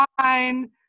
fine